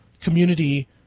community